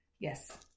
Yes